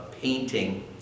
painting